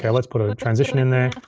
yeah let's put a transition in there,